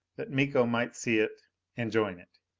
that miko might see it and join it.